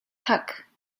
tak